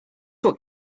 what